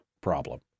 problem